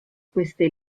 queste